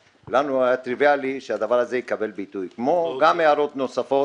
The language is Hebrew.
כנראה לא שמעת את היושב-ראש, שאמר תשבו ביחד.